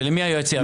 ולמי היועץ יעביר?